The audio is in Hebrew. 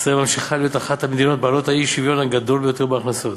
ישראל ממשיכה להיות אחת המדינות בעלות האי-שוויון הגדול ביותר בהכנסות.